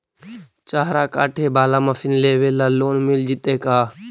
चारा काटे बाला मशीन लेबे ल लोन मिल जितै का?